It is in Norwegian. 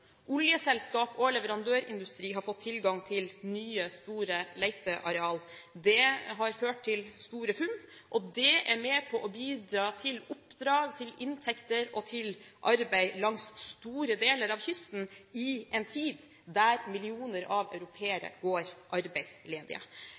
Oljeselskap og leverandørindustri har fått tilgang til nye, store letearealer. Det har ført til store funn, og det er med på å bidra til oppdrag, til inntekter og til arbeid langs store deler av kysten i en tid der millioner av